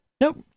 Nope